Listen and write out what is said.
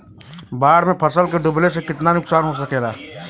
बाढ़ मे फसल के डुबले से कितना नुकसान हो सकेला?